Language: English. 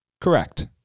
Correct